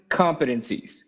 competencies